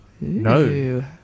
No